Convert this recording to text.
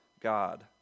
God